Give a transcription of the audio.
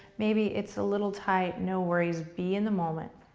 maybe it's a little tight, no worries. be in the moment.